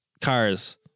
cars